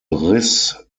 riss